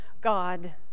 God